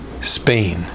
Spain